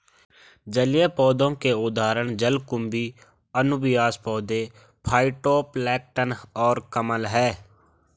जलीय पौधों के उदाहरण जलकुंभी, अनुबियास पौधे, फाइटोप्लैंक्टन और कमल हैं